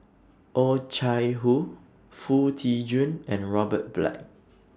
Oh Chai Hoo Foo Tee Jun and Robert Black